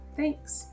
Thanks